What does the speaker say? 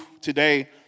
today